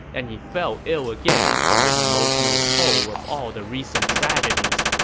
and he fell ill again from the emotional toll of all the recent tragedies,